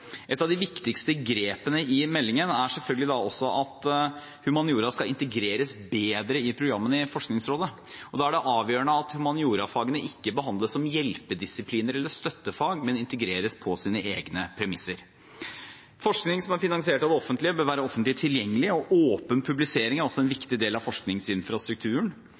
Et av de viktigste grepene i meldingen er selvfølgelig da også at humaniora skal integreres bedre i programmene i Forskningsrådet, og da er det avgjørende at humaniorafagene ikke behandles som hjelpedisipliner eller støttefag, men integreres på sine egne premisser. Forskning som er finansiert av det offentlige, bør være offentlig tilgjengelig, og åpen publisering er også en viktig del av forskningsinfrastrukturen.